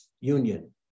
union